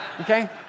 Okay